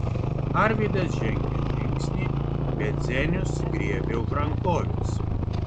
arvydas žengė žingsnį bet zenius griebė už rankovės